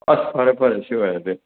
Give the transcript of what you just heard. ꯑꯁ ꯐꯔꯦ ꯐꯔꯦ ꯁꯤ ꯑꯣꯏꯔꯒꯗꯤ